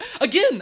again